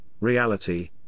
reality